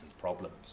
problems